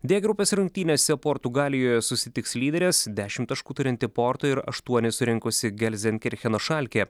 d grupės rungtynėse portugalijoje susitiks lyderės dešimt taškų turinti porto ir aštuonis surinkusi gelzenkircheno šalkė